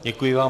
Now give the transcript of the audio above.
Děkuji vám.